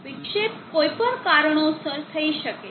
વિક્ષેપ કોઈપણ કારણોસર થઈ શકે છે